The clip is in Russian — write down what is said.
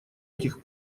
этих